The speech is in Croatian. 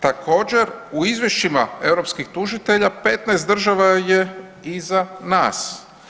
Također u izvješćima europskih tužitelja 15 država je iza nas.